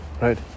Right